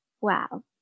Wow